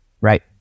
right